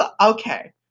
okay